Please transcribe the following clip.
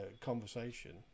conversation